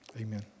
amen